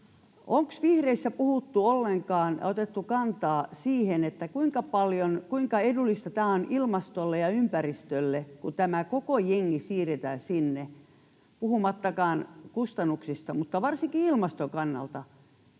Onko vihreissä puhuttu ollenkaan ja otettu kantaa siihen, kuinka edullista tämä on ilmastolle ja ympäristölle, kun tämä koko jengi siirretään sinne, puhumattakaan kustannuksista? Mutta varsinkin ilmaston kannalta: